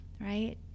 right